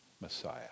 Messiah